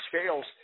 scales